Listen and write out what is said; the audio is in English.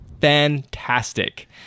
fantastic